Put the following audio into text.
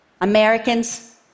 Americans